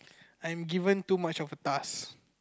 I'm given too much of task